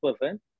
percent